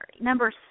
number